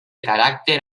caràcter